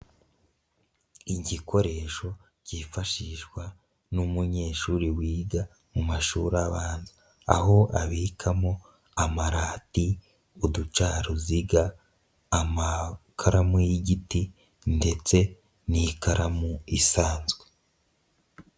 Igikoresho cyifashishwa n'umunyeshuri wiga mu mashuri abanza, aho abikamo amarati, uducaruziga, amakaramu y'igiti ndetse n'ikaramu isanzwe.